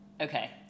Okay